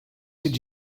did